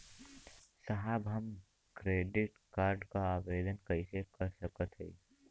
साहब हम credit card क आवेदन कइसे कर सकत हई?